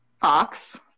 Fox